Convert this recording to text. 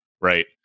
right